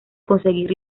conseguir